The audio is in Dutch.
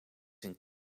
een